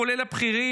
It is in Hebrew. כולל בכירים,